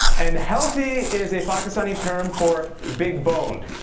and healthy is a pakistani term for big boned.